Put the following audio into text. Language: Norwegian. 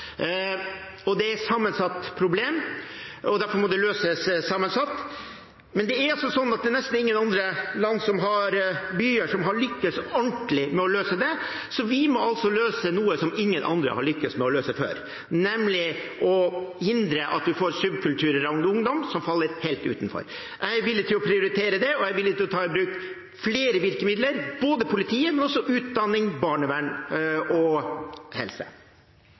Det er et sammensatt problem, og derfor må det løses sammensatt. Men det er nesten ingen andre land som har byer som har lykkes ordentlig med å løse det, så vi må altså løse noe som ingen andre har lykkes med å løse før, nemlig å hindre at man får subkulturer av ungdom som faller helt utenfor. Jeg er villig til å prioritere det, og jeg er villig til å ta i bruk flere virkemidler – politiet, men også utdanning, barnevern og helse.